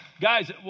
guys